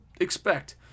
expect